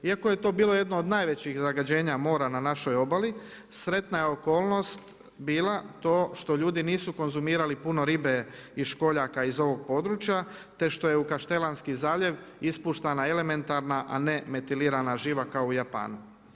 Iako je to bilo jedno od najvećih zagađenja mora na našoj obali sretna je okolnost bila to što ljudi nisu konzumirali puno ribe i školjaka iz ovog područja te što je u Kaštelanski zaljev ispuštanja elementarna a ne metilirana živa kao u Japanu.